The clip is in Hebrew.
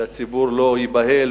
שהציבור לא ייבהל,